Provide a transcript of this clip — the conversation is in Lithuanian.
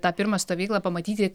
tą pirmą stovyklą pamatyti